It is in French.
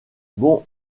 bon